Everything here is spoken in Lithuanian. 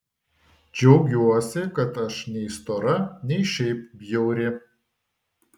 džiaugiuosi kad aš nei stora nei šiaip bjauri